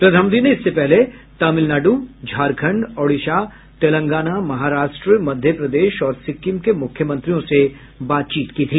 प्रधानमंत्री ने इससे पहले तमिलनाडु झारखंड ओडिसा तेलंगाना महाराष्ट्र मध्य प्रदेश और सिक्किम के मुख्यमंत्रियों से बातचीत की थी